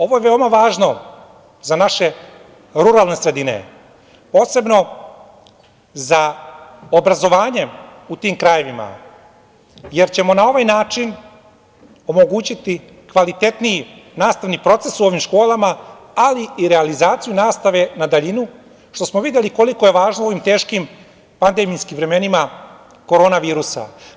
Ovo je veoma važno za naše ruralne sredine, posebno za obrazovanje u tim krajevima, jer ćemo na ovaj način omogućiti kvalitetniji nastavni proces u ovim školama, ali i realizaciju nastave na daljinu, što smo videli koliko je važno u ovim teškim pandemijskim vremenima korona virusa.